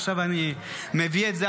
עכשיו אני מביא את זה,